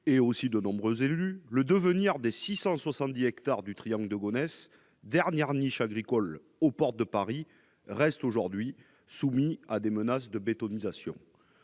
à celle de nombreux élus, le devenir des 670 hectares du triangle de Gonesse, dernière niche agricole aux portes de Paris, reste soumis à des menaces de bétonisation.